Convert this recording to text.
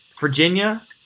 Virginia